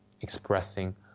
expressing